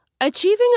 Achieving